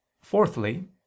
Fourthly